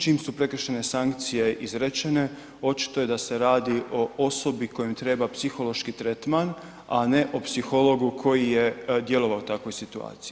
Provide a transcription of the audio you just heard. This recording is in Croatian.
Čim su prekršajne sankcije izrečene očito je da se radi o osobi kojoj treba psihološki tretman a ne o psihologu koji je djelovao u takvoj situaciji.